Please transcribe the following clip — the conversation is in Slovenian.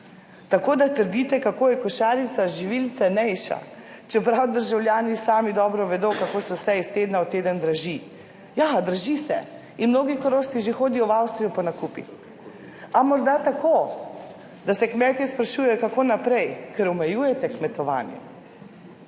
Tako, da trdite, kako je košarica živil cenejša, čeprav državljani sami dobro vedo, kako se vse iz tedna v teden draži. Ja, draži se in mnogi Korošci že hodijo v Avstrijo po nakupih. A morda tako, da se kmetje sprašujejo, kako naprej, ker omejujete kmetovanje?